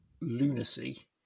lunacy